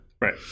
right